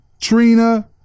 Trina